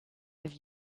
have